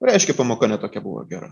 reiškia pamoka ne tokia buvo gera